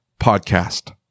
podcast